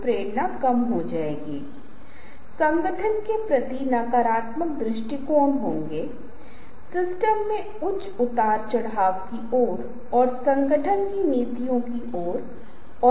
कोई व्यक्ति आपके लिए इन प्रस्तुतियों को पढ़ रहा है या आप इसे स्वयं पढ़ रहे हैं स्पीकर की अनुपस्थिति में और वक्ता आपको उसकी आवाज़ और सामग्री के अन्य घटकों के साथ विचलित नहीं कर रहा है